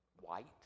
white